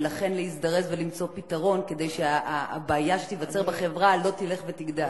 ולכן להזדרז ולמצוא פתרון כדי שהבעיה שתיווצר בחברה לא תלך ותגדל.